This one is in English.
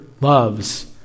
loves